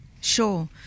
Sure